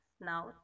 Now